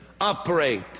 operate